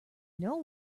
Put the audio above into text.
know